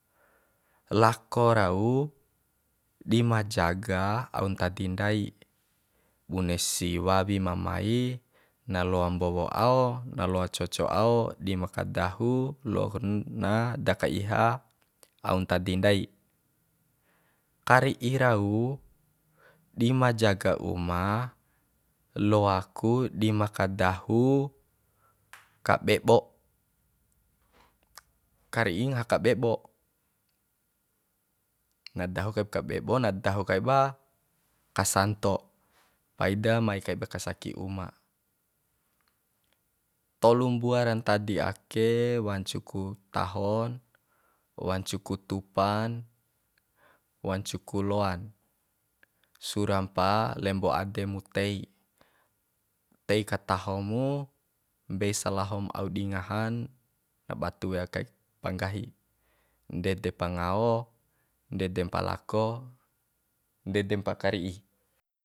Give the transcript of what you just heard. Lako rau di ma jaga aun ntadi ndai bune si wawi ma mai na loam mbowo ao na loa coco ao dima kadahu loku na da kaiha au ntadi nai kari'i rau dima jaga uma loaku dima kadahu kabebo kari'i ngaha kabebo na dahu kaib kabebo na dahu kaiba kasanto paida mai kaiba kasaki uma tolu mbua ra ntadi ake wancu ku tahon wancu ku tupan wancu ku loan surampa lembo ade mu tei tei kataho mu mbei salaho mu au di ngahan na batu wea kai ba nggahi ndede pa ngao ndede mpa lako ndede mpa kari'i